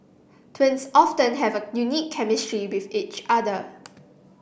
twins often have a unique chemistry with each other